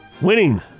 Winning